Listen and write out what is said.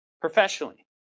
professionally